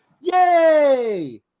Yay